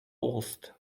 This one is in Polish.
ust